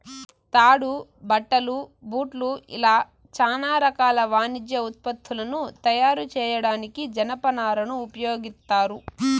తాడు, బట్టలు, బూట్లు ఇలా చానా రకాల వాణిజ్య ఉత్పత్తులను తయారు చేయడానికి జనపనారను ఉపయోగిత్తారు